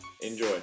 Enjoy